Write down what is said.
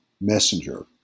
messenger